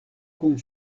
kun